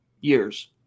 years